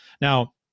Now